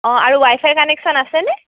অঁ আৰু wifi connection আছেনে